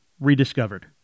rediscovered